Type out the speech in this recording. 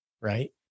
right